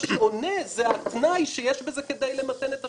מה שעונה זה התנאי שיש בזה כדי למתן את אשמתו,